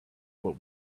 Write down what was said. what